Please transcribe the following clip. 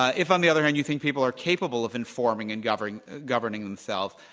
ah if on the other hand you think people are capable of informing and governing governing themselves,